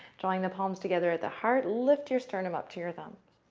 drawing the palms together at the heart, lift your sternum up to your thumb.